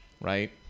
right